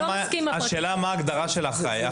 השאלה מה ההגדרה של אחראי.